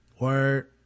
word